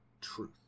truth